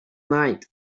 night